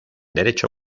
derecho